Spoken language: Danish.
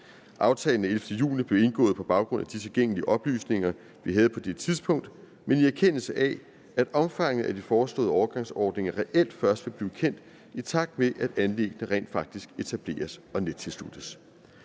Aftalen af 11. juni blev indgået på baggrund af de tilgængelige oplysninger, vi havde på det tidspunkt, men i erkendelse af, at omfanget af de foreslåede overgangsordninger reelt først vil blive kendt, i takt med at anlæggene rent faktisk etableres og nettilsluttes.